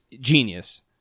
genius